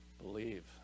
Believe